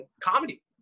comedy